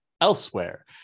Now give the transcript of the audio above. Elsewhere